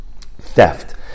theft